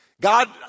God